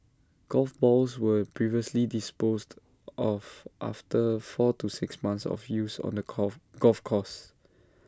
golf balls were previously disposed of after four to six months of use on the course golf course